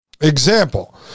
Example